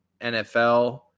NFL